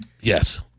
Yes